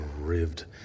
rived